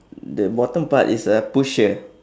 the bottom part is a push here